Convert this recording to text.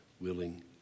willing